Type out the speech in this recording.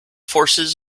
forces